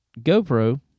GoPro